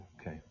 Okay